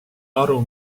aru